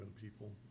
people